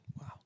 Wow